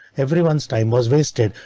everyones time was wasted.